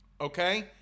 Okay